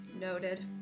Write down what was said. Noted